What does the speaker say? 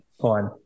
fine